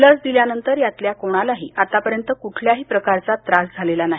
लस दिल्यानंतर यातल्या कोणालाही आतापर्यंत कुठल्याही प्रकारचा त्रास झालेला नाही